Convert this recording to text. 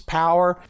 power